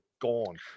gone